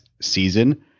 season